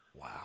Wow